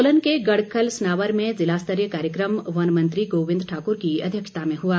सोलन के गढ़खल सनावर में ज़िलास्तरीय कार्यक्रम वन मंत्री गोविंद ठाक्र की अध्यक्षता में हुआ